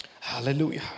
Hallelujah